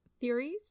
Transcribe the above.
theories